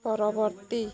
ପରବର୍ତ୍ତୀ